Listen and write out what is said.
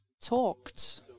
talked